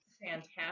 fantastic